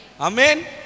amen